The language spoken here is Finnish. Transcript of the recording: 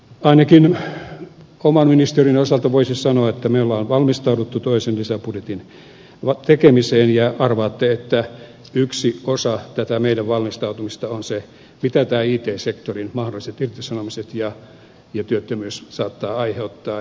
ainakin oman ministeriöni osalta voisi sanoa että me olemme valmistautuneet toisen lisäbudjetin tekemiseen ja arvaatte että yksi osa tätä meidän valmistautumistamme on se mitä nämä it sektorin mahdolliset irtisanomiset ja työttömyys saattavat aiheuttaa